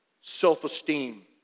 self-esteem